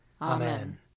Amen